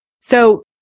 So-